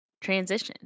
transition